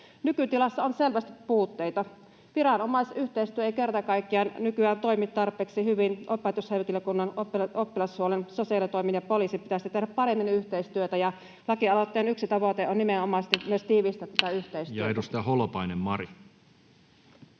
Nykytilassa on selvästi puutteita. Viranomaisyhteistyö ei kerta kaikkiaan nykyään toimi tarpeeksi hyvin. Opetushenkilökunnan, oppilashuollon, sosiaalitoimen ja poliisin pitäisi tehdä paremmin yhteistyötä, ja lakialoitteen yksi tavoite on nimenomaisesti myös tiivistää tätä yhteistyötä. [Speech 207]